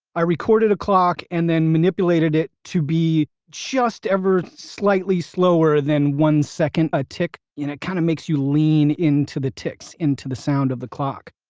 i recorded a clock, and then manipulated it to be just ever slightly slower than one second a tick, so it. kind of makes you lean into the ticks, into the sound of the clock.